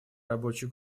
рабочей